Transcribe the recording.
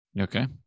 Okay